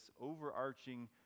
overarching